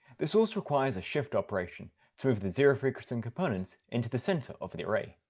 this also requires a shift operation to move the zero frequency and components into the centre of the array.